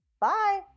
bye